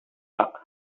luck